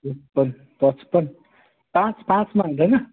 पच्पन्न पाँच पाँचमा हुँदैन